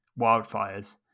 wildfires